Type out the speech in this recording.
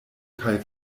kaj